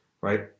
right